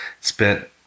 spent